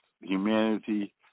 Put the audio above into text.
humanity